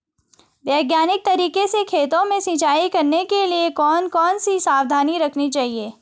वैज्ञानिक तरीके से खेतों में सिंचाई करने के लिए कौन कौन सी सावधानी रखनी चाहिए?